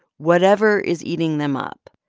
whatever is eating them up.